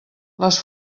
les